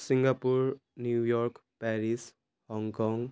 Singapore New York Paris Hong Kong